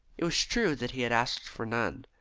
it was true that he had asked for none,